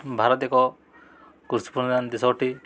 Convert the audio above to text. ଭାରତ ଏକ କୃଷି ପ୍ରଧାନ ଦେଶ ଅଟେ